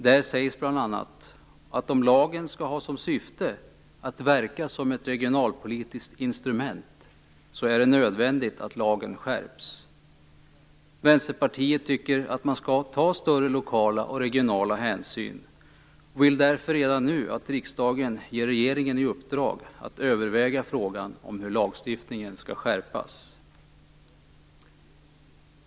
Där sägs bl.a. att om lagen skall ha som syfte att verka som ett regionalpolitiskt instrument är det nödvändigt att lagen skärps. Vänsterpartiet tycker att man skall ta större lokala och regionala hänsyn och vill därför redan nu att riksdagen ger regeringen i uppdrag att överväga frågan om hur lagstiftningen skall skärpas.